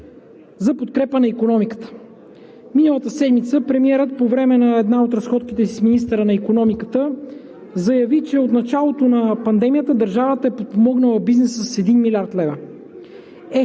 за подкрепа на икономиката. Миналата седмица премиерът, по време на една от разходките си с министъра на икономиката, заяви, че от началото на пандемията държавата е подпомогнала бизнеса с 1 млрд. лв.